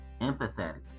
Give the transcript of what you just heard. empathetic